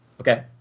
Okay